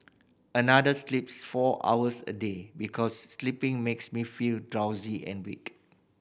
another sleeps four hours a day because sleeping makes me feel drowsy and weak